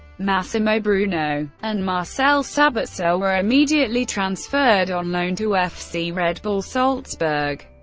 massimo bruno and marcel sabitzer were immediately transferred on loan to fc red bull salzburg.